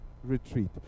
Retreat